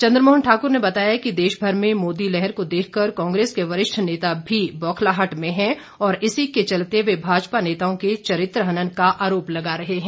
चंद्रमोहन ठाकुर ने बताया कि देश भर में मोदी लहर को देखकर कांग्रेस के वरिष्ठ नेता भी बौखलाहट में है और इसी के चलते वे भाजपा नेताओं के चरित्र हनन का आरोप लगा रहे हैं